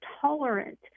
tolerant